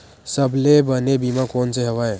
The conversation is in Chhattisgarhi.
सबले बने बीमा कोन से हवय?